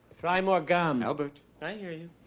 try more gum. albert. i hear you.